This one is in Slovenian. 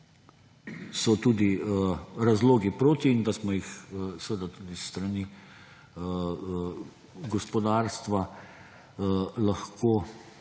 so tudi razlogi proti in da smo jih tudi s strani gospodarstva lahko